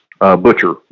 butcher